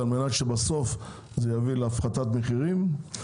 על מנת שבסוף זה יביא להפחתת מחירים.